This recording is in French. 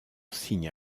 signe